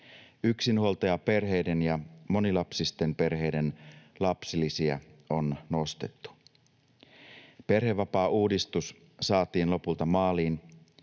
Yksinhuoltajaperheiden ja monilapsisten perheiden lapsilisiä on nostettu. Perhevapaauudistus saatiin lopulta maaliin.